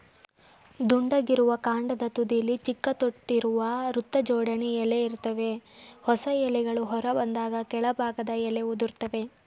ದುಂಡಗಿರುವ ಕಾಂಡದ ತುದಿಲಿ ಚಿಕ್ಕ ತೊಟ್ಟಿರುವ ವೃತ್ತಜೋಡಣೆ ಎಲೆ ಇರ್ತವೆ ಹೊಸ ಎಲೆಗಳು ಹೊರಬಂದಾಗ ಕೆಳಭಾಗದ ಎಲೆ ಉದುರ್ತವೆ